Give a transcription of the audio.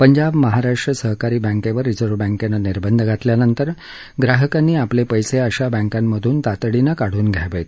पंजाब महाराष्ट्र सहकारी बँकेवर रिझर्व बँकेनं निर्बंध घातल्यानंतर ग्राहकांनी आपले पैसे अशा बँकांमधून तातडीने काढून घ्यावेत